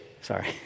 sorry